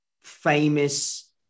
famous